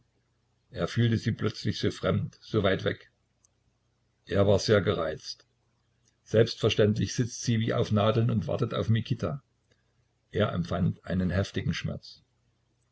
er fühlte sie plötzlich so fremd so weit weg er war sehr gereizt selbstverständlich sitzt sie wie auf nadeln und wartet auf mikita er empfand einen heftigen schmerz